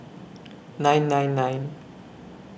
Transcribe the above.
nine nine nine